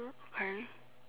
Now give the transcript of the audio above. no hurry